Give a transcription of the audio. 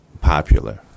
popular